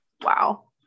Wow